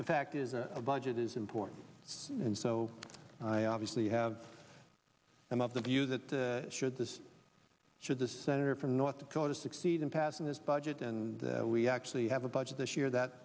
the fact is a budget is important and so i obviously have some of the views that should this should the senator from north dakota succeed in passing this budget and we actually have a budget this year that